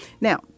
now